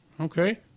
Okay